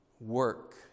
Work